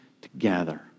together